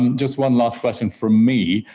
um just one last question from me,